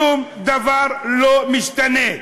שום דבר לא משתנה.